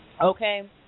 okay